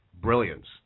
brilliance